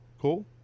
cool